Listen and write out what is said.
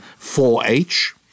4-H